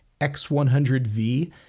X100V